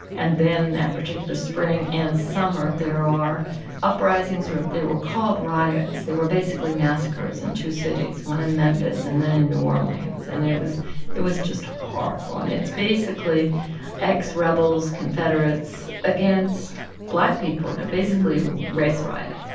and then that particular spring and summer, there are uprisings or, they were called, riots. they were basically massacres in two cities, one in memphis and then in new orleans. and it was it was just horrible. and it's basically ex-rebels, confederates against black people. they're basically race riots,